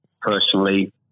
personally